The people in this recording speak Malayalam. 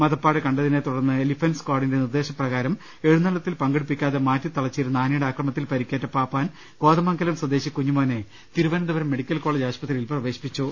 മദപ്പാട് കണ്ടതിനെത്തുടർന്ന് എലിഫന്റ് സ്കാഡിന്റെ നിർദ്ദേശപ്രകാരം എഴുന്നള്ളത്തിൽ പങ്കെടുപ്പിക്കാതെ മാറ്റിത്തളച്ചിരുന്ന ആനയുടെ ആക്രമത്തിൽ പ്രിക്കേറ്റ പാപ്പാൻ കോതമംഗലം സ്വദേശി കുഞ്ഞുമോനെ തിരുവനന്തപുരം മെഡിക്കൽ കോളേജിൽ പ്രവേശിപ്പിച്ചു